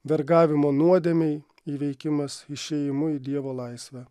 vergavimo nuodėmei įveikimas išėjimu į dievo laisvę